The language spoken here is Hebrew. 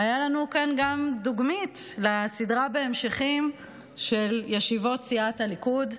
הייתה לנו כאן גם דוגמית לסדרה בהמשכים של ישיבות סיעת הליכוד,